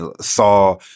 saw